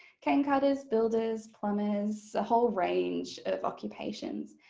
canecutters, builders, plumbers, a whole range of occupations.